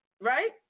right